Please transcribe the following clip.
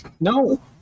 no